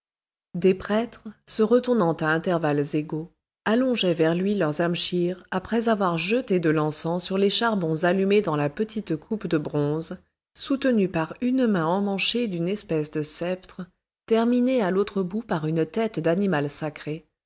des prêtres se retournant à intervalles égaux allongeaient vers lui leurs amschirs après avoir jeté de l'encens sur les charbons allumés dans la petite coupe de bronze soutenue par une main emmanchée d'une espèce de sceptre terminé à l'autre bout par une tête d'animal sacré